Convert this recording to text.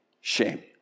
shame